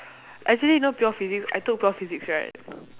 actually no pure physics I took pure physics right